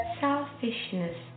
selfishness